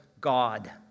God